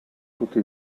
tutti